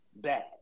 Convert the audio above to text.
bad